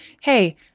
Hey